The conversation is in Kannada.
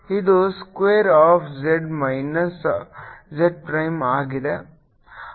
ಇದು square half z minus z prime ಆಗಿದೆ